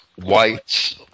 whites